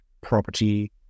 property